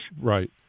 Right